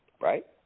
right